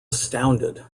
astounded